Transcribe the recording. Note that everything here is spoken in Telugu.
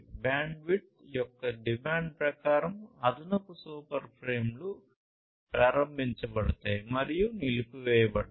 బ్యాండ్విడ్త్ యొక్క డిమాండ్ ప్రకారం అదనపు సూపర్ ఫ్రేమ్లు ప్రారంభించబడతాయి మరియు నిలిపివేయబడతాయి